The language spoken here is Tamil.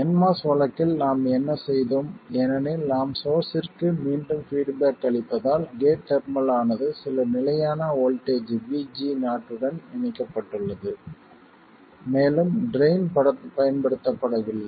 nMOS வழக்கில் நாம் என்ன செய்தோம் ஏனெனில் நாம் சோர்ஸ்ஸிற்கு மீண்டும் பீட்பேக் அளிப்பதால் கேட் டெர்மினல் ஆனது சில நிலையான வோல்ட்டேஜ் VG0 உடன் இணைக்கப்பட்டுள்ளது மேலும் ட்ரைன் பயன்படுத்தப்படவில்லை